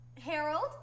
Harold